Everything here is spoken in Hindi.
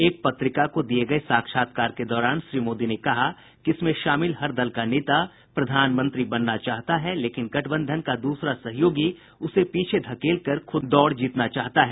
एक पत्रिका को दिए गए साक्षात्कार के दौरान श्री मोदी ने कहा कि इसमें शामिल हर दल का नेता प्रधानमंत्री बनना चाहता है लेकिन गठबंधन का दूसरा सहयोगी उसे पीछे धकेलकर खुद दौड़ जीतना चाहता है